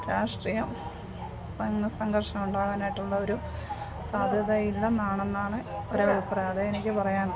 രാഷ്ട്രീയം സംഘർഷം സംഘർഷം ഉണ്ടാകാനായിട്ടുള്ള ഒരു സാധ്യത ഇല്ലെന്നാണ് എന്നാണ് ഒരു അഭിപ്രായം അതേ എനിക്ക് പറയാൻ